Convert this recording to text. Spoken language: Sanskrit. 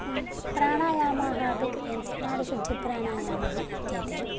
प्राणायामाः अपि क्रियन्ते नाडिशुद्धिप्राणायामाः इत्येते